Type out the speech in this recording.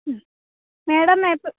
ഉം മേഡം എപ്പം